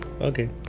Okay